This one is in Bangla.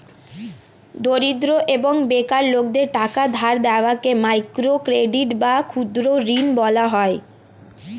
দরিদ্র এবং বেকার লোকদের টাকা ধার দেওয়াকে মাইক্রো ক্রেডিট বা ক্ষুদ্র ঋণ বলা হয়